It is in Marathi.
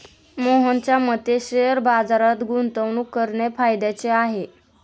मोहनच्या मते शेअर बाजारात गुंतवणूक करणे फायद्याचे आहे